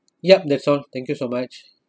yup that's all thank you so much